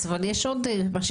אבל לאור תנאי העבודה